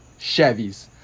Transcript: Chevys